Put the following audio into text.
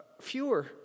Fewer